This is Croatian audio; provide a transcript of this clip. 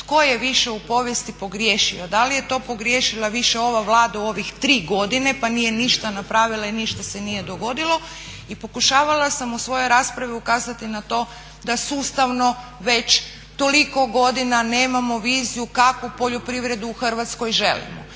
tko je više u povijesti pogriješio. Da li je to pogriješila više ova Vlada u ovih 3 godine pa nije ništa napravila i ništa se nije dogodilo i pokušavala sam u svojoj raspravi ukazati na to da sustavno već toliko godina nemamo viziju kakvu poljoprivredu u Hrvatskoj želimo.